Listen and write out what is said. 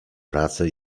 pracę